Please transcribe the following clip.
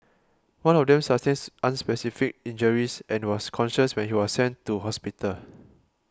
one of them sustains unspecified injuries and was conscious when he was sent to hospital